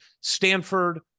Stanford